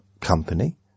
company